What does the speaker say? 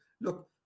Look